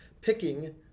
picking